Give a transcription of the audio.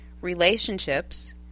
relationships